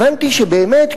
הבנתי שבאמת,